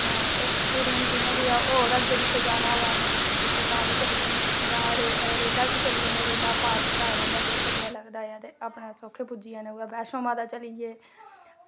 ते जियां भी होर कुदै असें अग्गें पिच्छें जाना होऐ असें ते तां बी चली जन्ने जां रेला च चली जन्ने ते पास बनाये दा होंदा ते दौ रपेआ लगदा ते अपने सुख कन्नै पुज्जी जन्ने वैष्णो माता चली जन्ने